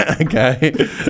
Okay